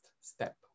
step